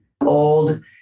old